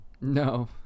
No